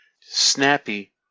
Snappy